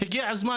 הגיע הזמן,